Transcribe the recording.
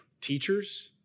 teachers